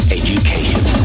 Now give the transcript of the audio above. education